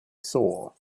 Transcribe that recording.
saw